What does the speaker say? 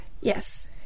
Yes